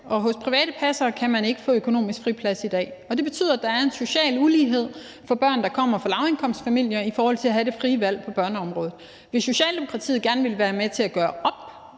og hos private passere kan man ikke få økonomisk friplads i dag, og det betyder, at der er en social ulighed for børn, der kommer fra lavindkomstfamilier, i forhold til at have det frie valg på børneområdet. Hvis Socialdemokratiet gerne ville være med til at gøre